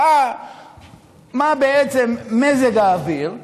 ראה מה בעצם מזג האוויר,